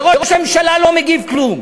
וראש הממשלה לא מגיב כלום.